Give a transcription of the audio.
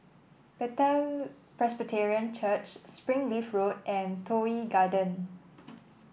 Bethel Presbyterian Church Springleaf Road and Toh Yi Garden